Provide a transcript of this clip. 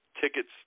tickets